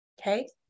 Okay